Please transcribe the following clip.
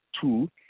two